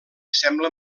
sembla